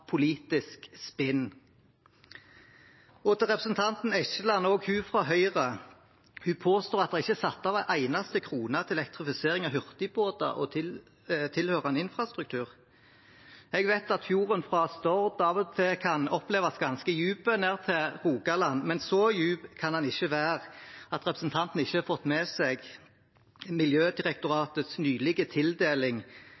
politisk spinn. Så til representanten Eskeland, også hun fra Høyre: Hun påstår at det ikke er satt av en eneste krone til elektrifisering av hurtigbåter og tilhørende infrastruktur. Jeg vet at fjorden fra Stord av og til kan oppleves ganske dyp ned til Rogaland, men så dyp kan den ikke være at representanten ikke har fått med seg